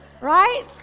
Right